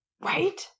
Right